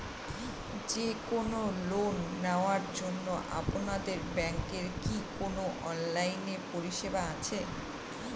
যে কোন লোন নেওয়ার জন্য আপনাদের ব্যাঙ্কের কি কোন অনলাইনে পরিষেবা আছে?